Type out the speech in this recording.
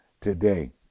today